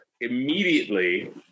immediately